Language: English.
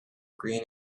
green